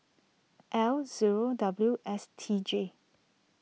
L zero W S T J